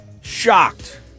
shocked